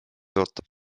ootab